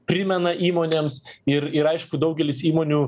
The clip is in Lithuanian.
primena įmonėms ir ir aišku daugelis įmonių